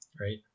right